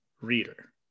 reader